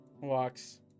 walks